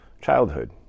childhood